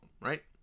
right